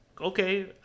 okay